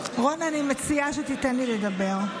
רון, אני מציעה שתיתן לי לדבר.